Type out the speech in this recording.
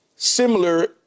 Similar